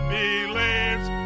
believes